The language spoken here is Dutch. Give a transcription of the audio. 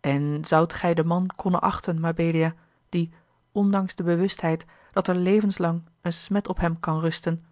en zoudt gij den man konnen achten mabelia die ondanks de bewustheid dat er levenslang een smet op hem kan rusten